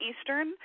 Eastern